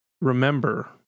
remember